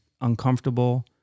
uncomfortable